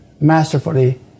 masterfully